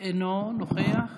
אינו נוכח.